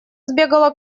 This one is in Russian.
сбегала